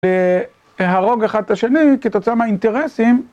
ויהרוג אחד את השני כתוצאה מהאינטרסים...